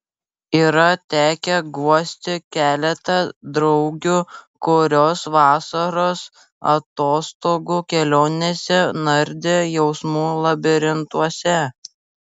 yra tekę guosti keletą draugių kurios vasaros atostogų kelionėse nardė jausmų labirintuose